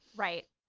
right?